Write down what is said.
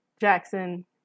Jackson